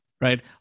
right